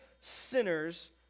sinners